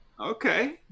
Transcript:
Okay